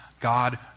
God